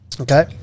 Okay